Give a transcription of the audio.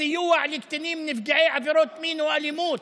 סיוע לקטינים נפגעי עבירות מין או אלימות?